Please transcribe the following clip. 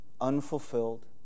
unfulfilled